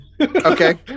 Okay